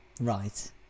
right